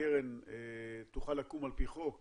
הקרן תוכל לקום על פי חוק